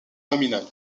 nominal